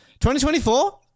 2024